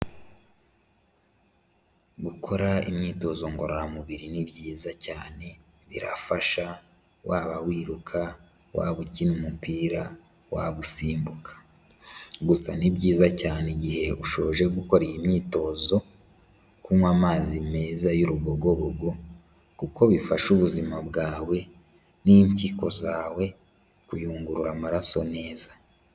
Gukora imyitozo ngororamubiri ni byiza cyane birafasha, waba wiruka, waba ukina umupira, waba usimbuka, gusa ni byiza cyane igihe ushoje gukora iyi myitozo, kunywa amazi meza y'urubogobogu, kuko bifasha ubuzima bwawe, n'impyiko zawe kuyungurura amaraso neza.